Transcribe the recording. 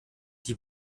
die